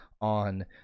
on